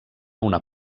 una